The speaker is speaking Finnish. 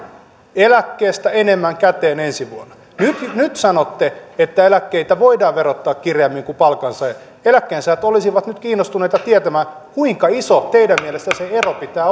eläkkeestä enemmän käteen ensi vuonna nyt nyt sanotte että eläkkeensaajia voidaan verottaa kireämmin kuin palkansaajia eläkkeensaajat olisivat nyt kiinnostuneita tietämään kuinka iso teidän mielestänne sen eron pitää